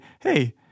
Hey